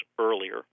earlier